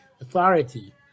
Authority